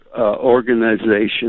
organization